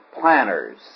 planners